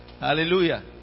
Hallelujah